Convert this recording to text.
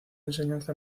enseñanza